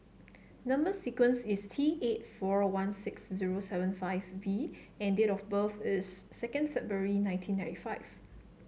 number sequence is T eight four one six zero seven five V and date of birth is second February nineteen ninety five